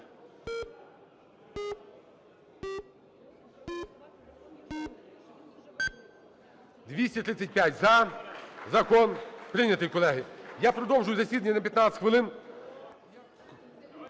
За-235 Закон прийнятий, колеги. Я продовжую засідання на 15 хвилин.